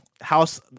house